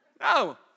No